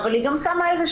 אבל היא גם שמה גבולות,